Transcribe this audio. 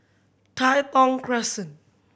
Tai Thong Crescent